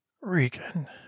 Regan